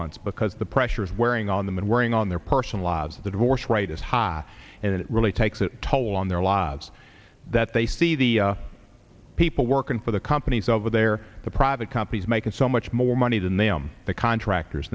months because the pressure is wearing on them and worrying on their personal lives the divorce rate is high and it really takes a toll on their lives that they see the people working for the companies over there the private companies making so much more money than them the contractors